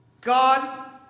God